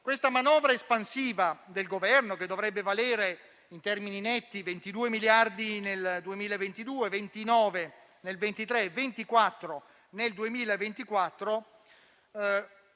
Questa manovra espansiva del Governo che dovrebbe valere in termini netti 22 miliardi nel 2022, 29 nel 2023 e 24 nel 2024,